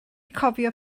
cofio